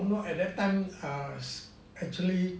no no at that time err actually